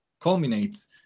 culminates